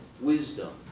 wisdom